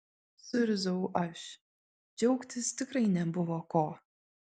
suirzau aš džiaugtis tikrai nebuvo ko